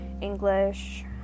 English